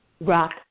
rock